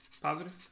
Positive